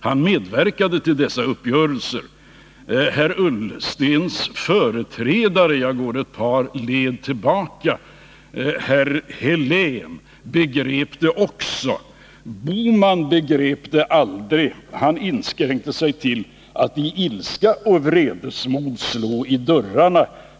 Han medverkade till uppgörelsen. Herr Ullstens företrädare — jag går ett par led tillbaka — herr Helén begrep det också. Herr Bohman begrep det aldrig. Han inskränkte sig till att i ilska och vredesmod slå i dörrarna.